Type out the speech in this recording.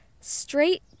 straight